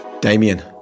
damien